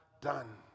done